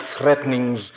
threatenings